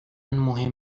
مهم